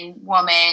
woman